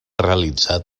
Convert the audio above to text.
realitzat